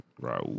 Right